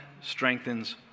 strengthens